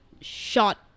shot